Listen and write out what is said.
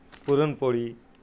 puran poli